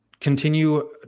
continue